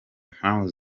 mpamvu